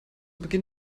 beginn